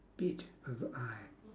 bit of eye